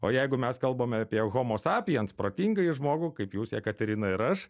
o jeigu mes kalbame apie homosapijens protingąjį žmogų kaip jūs jekaterina ir aš